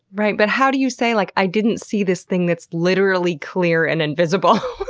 right. but how do you say like, i didn't see this thing that's literally clear and invisible?